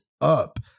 up